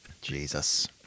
Jesus